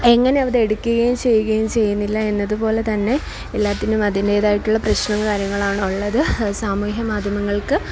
എങ്ങനെ അവർ എടുക്കുകയും ചെയ്യുകയും ചെയ്യുന്നില്ല എന്നത് പോലെ തന്നെ എല്ലാത്തിനും അതിൻ്റേതായിട്ടുള്ള പ്രശ്നങ്ങൾ കാര്യങ്ങളാണ് ഉള്ളത് സാമൂഹ മാധ്യമങ്ങൾക്ക്